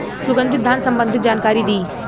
सुगंधित धान संबंधित जानकारी दी?